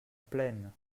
plaine